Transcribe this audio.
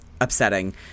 upsetting